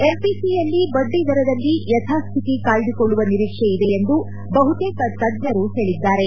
ಎಂಪಿಸಿಯಲ್ಲಿ ಬಡ್ಡಿದರದಲ್ಲಿ ಯಥಾಸ್ಥಿತಿ ಕಾಯ್ದುಕೊಳ್ಳುವ ನಿರೀಕ್ಷೆ ಇದೆ ಎಂದು ಬಹುತೇಕ ತಜ್ಞರು ಹೇಳಿದ್ದಾರೆ